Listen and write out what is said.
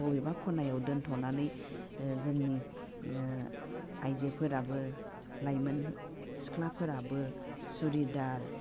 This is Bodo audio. बबेबा ख'नायाव दोनथ'नानै जोंनि आइजोफोराबो लाइमोन सिख्लाफोराबो सुरिडार